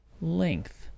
length